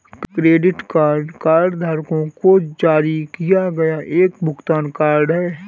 credit card कार्डधारकों को जारी किया गया एक भुगतान कार्ड है